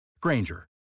Granger